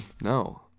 No